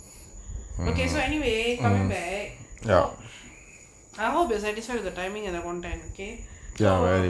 okay so anyway coming back for I hope you satisfy of the timing and the on time okay so